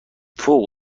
فوق